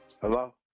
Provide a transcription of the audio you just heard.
Hello